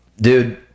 dude